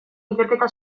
ikerketa